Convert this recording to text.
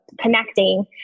connecting